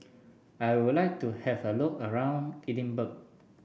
I would like to have a look around Edinburgh